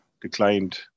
declined